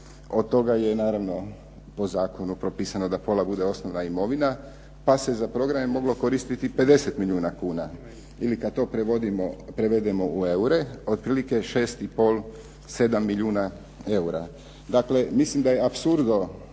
od toga je naravno po zakonu propisano da pola bude osnovna mirovina, pa se za programe moglo koristiti 50 milijuna kuna ili kad to prevedemo u eure otprilike 6 i pol, 7 milijuna eura. Dakle mislim da je apsurdno